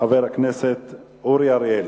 חבר הכנסת אורי אריאל.